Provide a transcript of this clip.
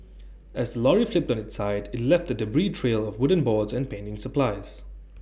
as lorry flipped on its side IT left A debris trail of wooden boards and painting supplies